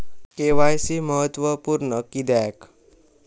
KYC महत्त्वपुर्ण किद्याक?